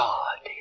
God